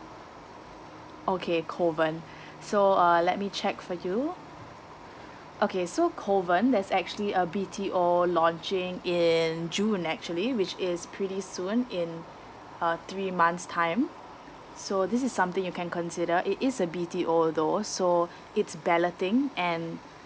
okay kovan so uh let me check for you okay so kovan there's actually a B_T_O launching in june actually which is pretty soon in uh three months time so this is something you can consider it is a B_T_O though so it's balloting and